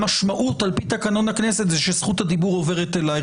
המשמעות על פי תקנון הכנסת היא שזכות הדיבור עוברת אליך,